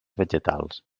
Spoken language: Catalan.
vegetals